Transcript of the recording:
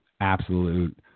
absolute